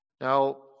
Now